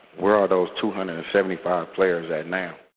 where are those two hundred seventy five players at now?